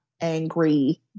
angry